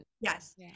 yes